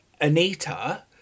Anita